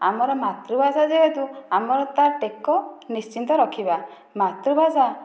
ଆମର ମାତୃଭାଷା ଯେହେତୁ ଆମେ ତା ଟେକ ନିଶ୍ଚିତ ରଖିବା ମାତୃଭାଷା